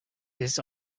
this